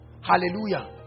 Hallelujah